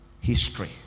History